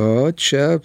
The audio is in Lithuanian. o čia